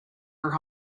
her